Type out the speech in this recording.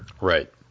Right